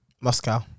Moscow